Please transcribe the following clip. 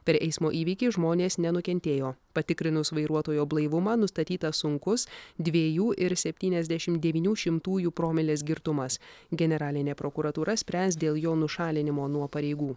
per eismo įvykį žmonės nenukentėjo patikrinus vairuotojo blaivumą nustatytas sunkus dviejų ir septyniasdešimt devynių šimtųjų promilės girtumas generalinė prokuratūra spręs dėl jo nušalinimo nuo pareigų